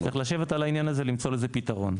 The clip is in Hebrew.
צריך לשבת על העניין הזה למצוא לזה פתרון.